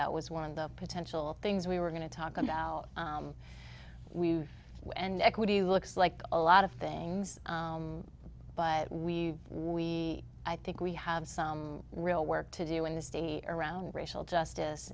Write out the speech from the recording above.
that was one of the potential things we were going to talk about we and equity looks like a lot of things but i think we have some real work to do in the state around racial justice